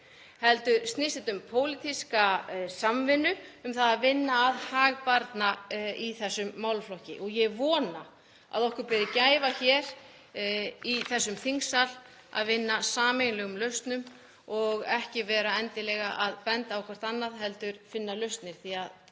heldur snýst þetta um pólitíska samvinnu um að vinna að hag barna í þessum málaflokki. Ég vona að við berum gæfu hér í þessum þingsal að vinna að sameiginlegum lausnum og ekki vera endilega að benda á hvert annað heldur finna lausnir, því að